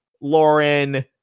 Lauren